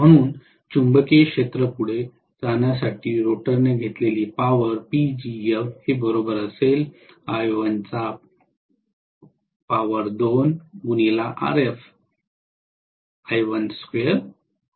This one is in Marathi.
म्हणून चुंबकीय क्षेत्रपुढे जाण्यासाठी रोटरने घेतलेली पॉवर मी सांगू शकेन